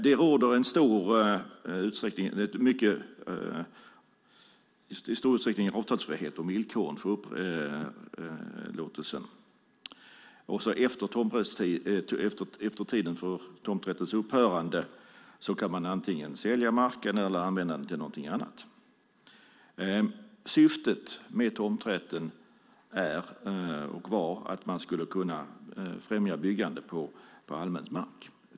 Det råder i stor utsträckning avtalsfrihet om villkoren för upplåtelsen. Också efter tiden för tomträttens upphörande kan man antingen sälja marken eller använda den till någonting annat. Syftet med tomträtten är och var att främja byggande på allmän mark.